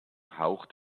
haucht